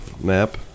map